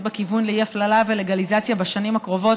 בכיוון לאי-הפללה ולגליזציה בשנים הקרובות